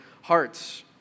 hearts